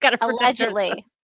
Allegedly